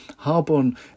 Harbon